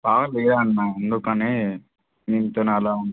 బాగా లేదన్నా అందుకనే మీతోని అలా